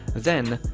then,